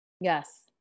Yes